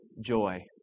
joy